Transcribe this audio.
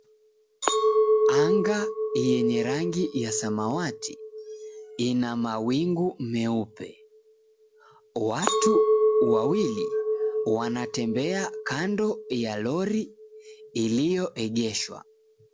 Anga yenye rangi ya samawati ina mawingu meupe. Watu wawili wanatembea kando ya lori iliyoegeshwa.